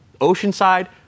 Oceanside